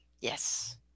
Yes